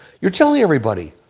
you're telling everybody.